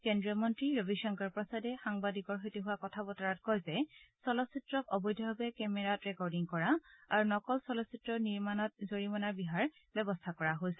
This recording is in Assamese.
কেন্দ্ৰীয় মন্ত্ৰী ৰবিশংকৰ প্ৰসাদে সাংবাদিকৰ সৈতে হোৱা কথা বতৰাত কয় যে চলচ্চিত্ৰক অবৈধভাৱে কেমেৰাত ৰেকডিং কৰা আৰু নকল চলচ্চিত্ৰ বনোৱাত জৰিমনা বিহাৰ ব্যৱস্থা কৰা হৈছে